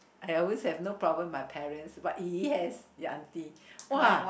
I always have no problem my parents but yes your auntie !wah!